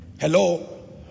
hello